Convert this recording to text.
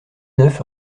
neuf